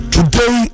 Today